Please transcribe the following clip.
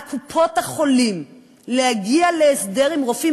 על קופות-החולים להגיע להסדר עם רופאים